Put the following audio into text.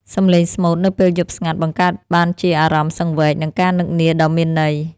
សំឡេងស្មូតនៅពេលយប់ស្ងាត់ បង្កើតបានជាអារម្មណ៍សង្វេគ និងការនឹកនាដ៏មានន័យ។